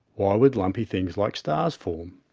why would lumpy things like stars form?